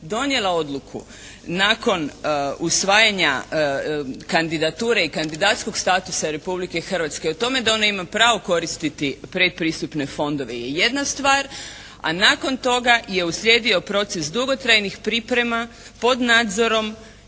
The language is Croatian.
donijela odluku nakon usvajanja kandidature i kandidatskog statusa Republike Hrvatske o tome da ona ima pravo koristiti predpristupne fondove je jedna stvar a nakon toga je uslijedio proces dugotrajnih priprema pod nadzorom